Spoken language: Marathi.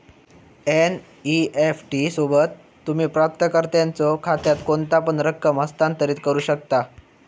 एन.इ.एफ.टी सोबत, तुम्ही प्राप्तकर्त्याच्यो खात्यात कोणतापण रक्कम हस्तांतरित करू शकता